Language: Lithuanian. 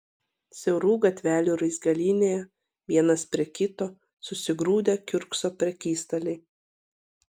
siaurų gatvelių raizgalynėje vienas prie kito susigrūdę kiurkso prekystaliai